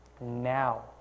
Now